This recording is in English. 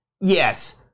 yes